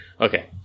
Okay